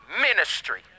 ministry